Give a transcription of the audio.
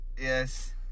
yes